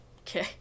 okay